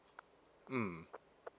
mm